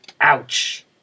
Ouch